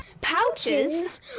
Pouches